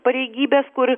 pareigybės kur